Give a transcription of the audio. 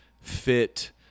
fit